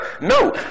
No